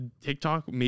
TikTok